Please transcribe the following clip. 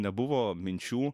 nebuvo minčių